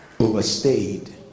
overstayed